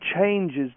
changes